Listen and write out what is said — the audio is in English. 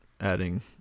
adding